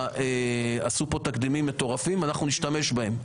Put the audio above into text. עשו פה תקדימים מטורפים, אנחנו נשתמש בהם.